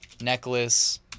necklace